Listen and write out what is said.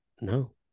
No